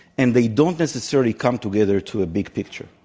and they don't necessarily come together to a big picture.